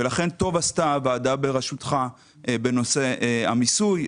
לכן טוב עשתה הוועדה בראשותך בנושא המיסוי,